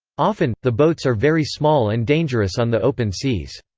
often, the boats are very small and dangerous on the open seas.